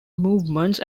movements